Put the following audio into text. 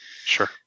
Sure